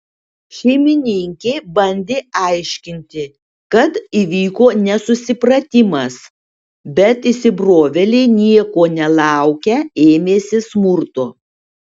šeimininkė bandė aiškinti kad įvyko nesusipratimas bet įsibrovėliai nieko nelaukę ėmėsi smurto